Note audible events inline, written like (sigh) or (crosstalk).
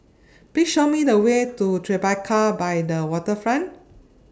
(noise) Please Show Me The Way to Tribeca By The Waterfront